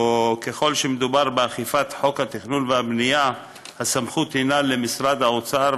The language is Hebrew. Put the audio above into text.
וככל שמדובר באכיפת חוק התכנון והבנייה הסמכות היא למשרד האוצר,